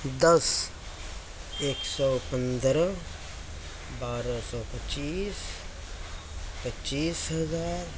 دس ایک سو پندرہ بارہ سو پچیس پچیس ہزار